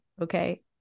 okay